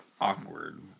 awkward